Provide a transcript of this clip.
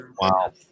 Wow